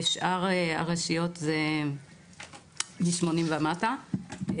בשאר הרשויות זה מ-80 ומטה.